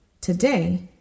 Today